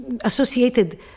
associated